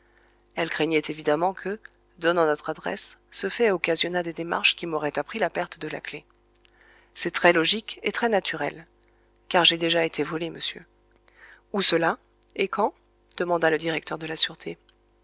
elle craignait évidemment que donnant notre adresse ce fait occasionnât des démarches qui m'auraient appris la perte de la clef c'est très logique et très naturel car j'ai déjà été volé monsieur où cela et quand demanda le directeur de la sûreté